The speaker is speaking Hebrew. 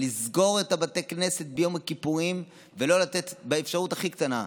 אבל לסגור את בתי הכנסת ביום הכיפורים ולא לתת אפשרות הכי קטנה?